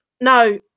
No